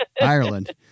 Ireland